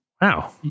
Wow